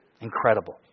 Incredible